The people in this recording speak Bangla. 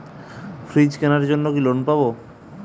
ফ্রিজ কেনার জন্য কি লোন পাব?